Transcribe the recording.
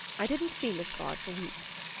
i didn't see miss vard for weeks.